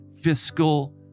fiscal